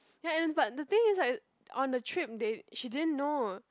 ya is but the thing is like on the trip they she didn't know